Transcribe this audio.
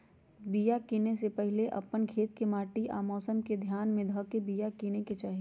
बिया किनेए से पहिले अप्पन खेत के माटि आ मौसम के ध्यान में ध के बिया किनेकेँ चाही